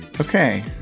Okay